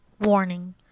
Warning